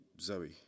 zoe